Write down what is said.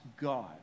God